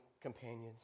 companions